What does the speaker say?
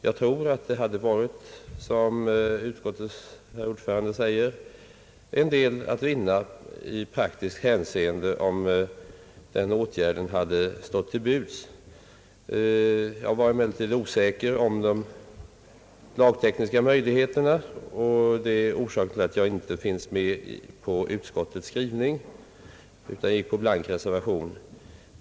Jag tror att det hade varit — som utskottets ordförande här sagt — en del att vinna i praktiskt hänseende, om den föreslagna åtgärden hade vidtagits. Jag var emellertid osäker när det gällde de lagtekniska möjligheterna, och det är orsaken till att jag inte finns med bland dem som står för utskottets skrivning utan avgivit en blank reservation.